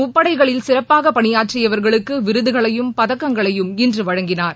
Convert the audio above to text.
முப்படைகளில் சிறப்பாக பணியாற்றியவர்களுக்கு விருதுகளையும் பதக்கங்களையும் இன்று வழங்கினார்